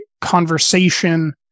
conversation